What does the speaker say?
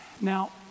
Now